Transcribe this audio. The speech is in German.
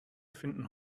finden